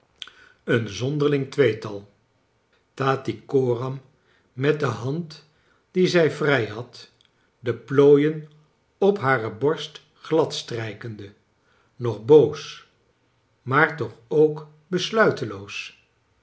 een zonderling tweetal tattycoram met de hand die zij vxij had de plooien op hare borst gladstrijkende nog boos maar toch ook besluiteloos